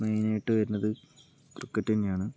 മെയിനായിട്ട് വരുന്നത് ക്രിക്കറ്റ് തന്നെയാണ്